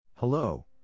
Hello